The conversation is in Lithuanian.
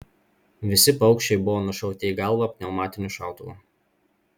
visi paukščiai buvo nušauti į galvą pneumatiniu šautuvu